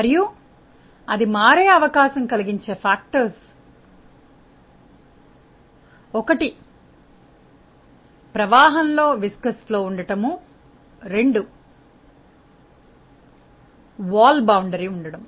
మరియు అది మారే అవకాశం కలిగించే కారకాలు ఒకటి ప్రవాహంలో జిగట ప్రభావం రెండు గోడ సరిహద్దు ఉండటం